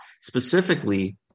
specifically